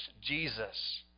Jesus